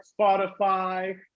Spotify